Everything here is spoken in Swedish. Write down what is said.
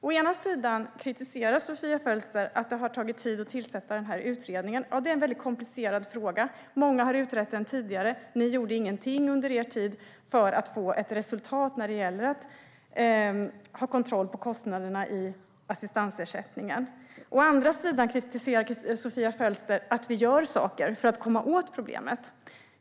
Å ena sidan kritiserar Sofia Fölster att det har tagit tid att tillsätta utredningen. Det är en väldigt komplicerad fråga, och många har utrett den tidigare. Ni gjorde ingenting under er tid för att få kontroll på kostnaderna i assistansersättningen. Å andra sidan kritiserar Sofia Fölster att vi gör saker för att komma åt problemet.